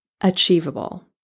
achievable